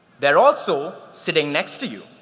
they're also sitting next to you.